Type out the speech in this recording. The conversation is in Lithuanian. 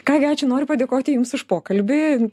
ką gi ačiū noriu padėkoti jums už pokalbį